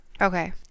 Okay